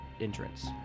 entrance